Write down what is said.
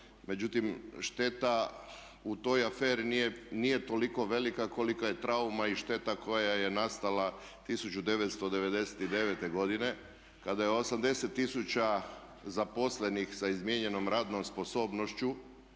Međutim, šteta u toj aferi nije toliko velika kolika je trauma i šteta koja je nastala 1999. godine kada je 80 tisuća zaposlenih sa izmijenjenom radnom sposobnošću